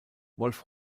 wolf